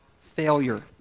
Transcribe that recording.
failure